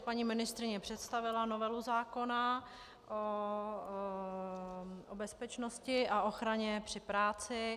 Paní ministryně představila novelu zákon o bezpečnosti a ochraně při práci.